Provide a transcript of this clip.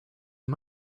his